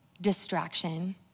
distraction